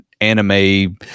anime